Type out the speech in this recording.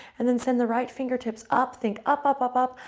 and then send the right fingertips up, think up, up, up, up,